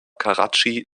karatschi